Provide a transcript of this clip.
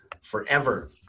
forever